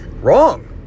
Wrong